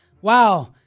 Wow